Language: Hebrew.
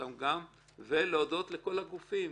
להודות לכל הגופים,